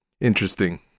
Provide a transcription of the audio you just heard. interesting